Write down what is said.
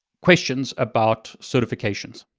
questions about certifications.